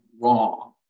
wrong